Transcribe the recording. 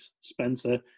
spencer